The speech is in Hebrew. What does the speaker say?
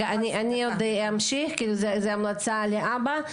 אני עוד אמשיך, זו המלצה להבא.